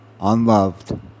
unloved